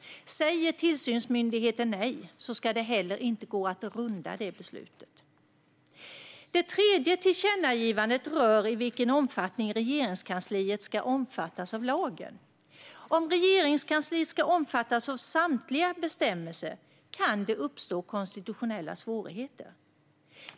Säger tillsynsmyndigheten nej ska det inte gå att runda det beslutet. Det tredje tillkännagivandet i betänkandet rör i vilken omfattning Regeringskansliet ska omfattas av lagen. Om Regeringskansliet ska omfattas av samtliga bestämmelser kan det uppstå konstitutionella svårigheter.